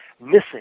missing